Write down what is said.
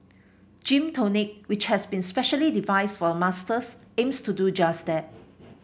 Gym Tonic which has been specially devised for a Masters aims to do just that